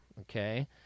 okay